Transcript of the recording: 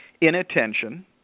inattention